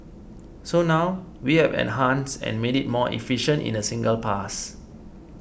so now we have enhanced and made it more efficient in a single pass